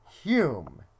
Hume